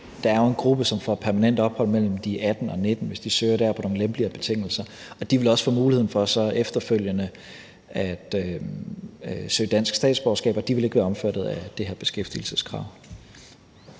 Der er jo en gruppe på mellem 18 og 19 år, som, hvis de søger der, får permanent ophold på nogle lempeligere betingelser, og de vil også få muligheden for efterfølgende at søge dansk statsborgerskab. De vil ikke være omfattet af det her beskæftigelseskrav.